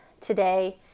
today